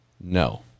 no